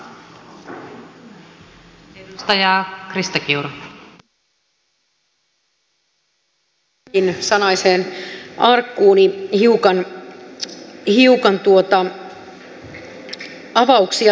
ajattelin minäkin sanaiseen arkkuuni hiukan avauksia tehdä